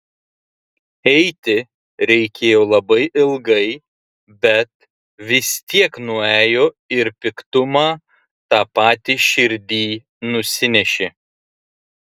eiti reikėjo labai ilgai bet vis tiek nuėjo ir piktumą tą patį širdyj nusinešė